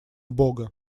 бога